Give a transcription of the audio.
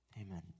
amen